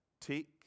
Take